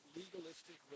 legalistic